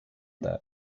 that